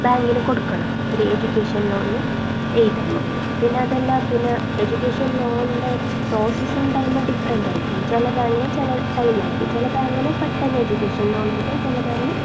ബാങ്കിന് കൊടുക്കണം ഒരു എഡ്യൂക്കേഷൻ ലോണിന് എഴുതുമ്പോൾ പിന്നെ അതല്ല പിന്നെ എഡ്യൂക്കേഷൻ ലോണിൻ്റെ പ്രോസെസ്സിങ് ടൈം ഡിഫറെൻ്റ് ആയിരിക്കും ചില ബാങ്കിന് ചില ടൈമായിരിക്കും ചില ബാങ്കിന് പെട്ടെന്ന് എഡ്യൂക്കേഷൻ ലോണ് കിട്ടും ചില ബാങ്കിന്